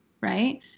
Right